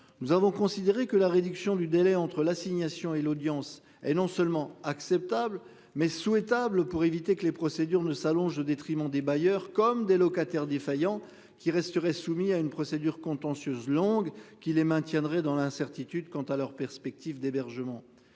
nous avons considéré que la réduction du délai entre l'assignation et l'audience et non seulement acceptable mais souhaitable pour éviter que les procédures ne s'allonge au détriment des bailleurs comme des locataires défaillants qui resteraient soumis à une procédure contentieuse longue qu'il les maintiendrait dans l'incertitude quant à leurs perspectives d'hébergement.